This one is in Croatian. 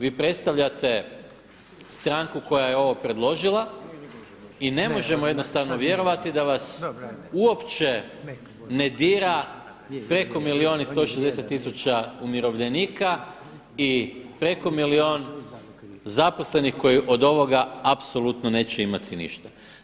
Vi predstavljate stranku koja je ovo predložila i ne možemo jednostavno vjerovati da vas uopće ne dira preko milijun i 160 tisuća umirovljenika i preko milijun zaposlenih koji od ovoga apsolutno neće imati ništa.